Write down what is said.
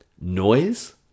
noise